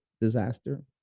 disaster